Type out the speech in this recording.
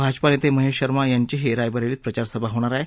भाजपा नेते महेश शर्मा यांचीही आज रायबरेलीत प्रचार सभा होणार आहे